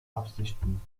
absichten